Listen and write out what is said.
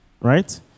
Right